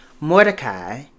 Mordecai